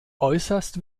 äußerst